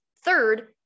Third